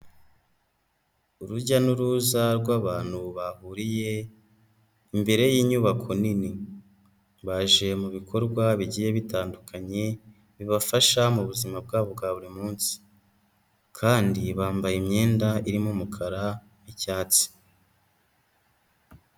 Urujya n'uruza rw'abantu bahuriye imbere y'inyubako nini. Baje mu bikorwa bigiye bitandukanye, bibafasha mu buzima bwabo bwa buri munsi kandi bambaye imyenda irimo umukara n'icyatsi.